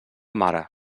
mare